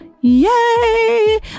yay